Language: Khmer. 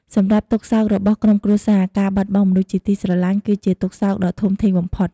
សម្រាប់ទុក្ខសោករបស់ក្រុមគ្រួសារ៖ ការបាត់បង់មនុស្សជាទីស្រឡាញ់ គឺជាទុក្ខសោកដ៏ធំធេងបំផុត។